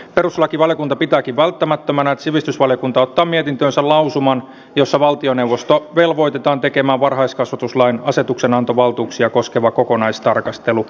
perustuslakivaliokunta pitääkin välttämättömänä että sivistysvaliokunta ottaa mietintöönsä lausuman jossa valtioneuvosto velvoitetaan tekemään varhaiskasvatuslain asetuksenantovaltuuksia koskeva kokonaistarkastelu